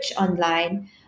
online